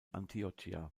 antiochia